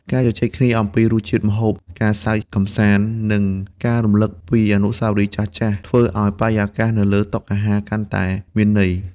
ការជជែកគ្នាអំពីរសជាតិម្ហូប ការសើចកម្សាន្ត និងការរំលឹកពីអនុស្សាវរីយ៍ចាស់ៗ ធ្វើឱ្យបរិយាកាសនៅលើតុអាហារកាន់តែមានន័យ។